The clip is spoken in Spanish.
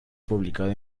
publicado